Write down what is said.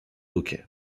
hockey